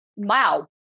Wow